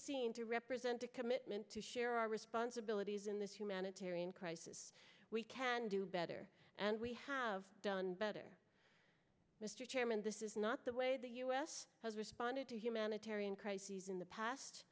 seen to represent a commitment to share our responsibilities in this humanitarian crisis we can do better and we have done better mr chairman this is not the way the us has responded to humanitarian crises in the past